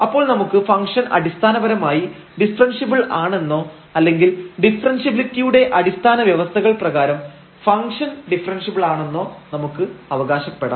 അപ്പോൾ നമുക്ക് ഫംഗ്ഷൻ അടിസ്ഥാനപരമായി ഡിഫറെൻഷ്യബിൾ ആണെന്നോ അല്ലെങ്കിൽ ഡിഫറെൻഷ്യബിലിറ്റിയുടെ അടിസ്ഥാന വ്യവസ്ഥകൾ പ്രകാരം ഫംഗ്ഷൻ ഡിഫറെൻഷ്യബിൾ ആണെന്നോ നമുക്ക് അവകാശപ്പെടാം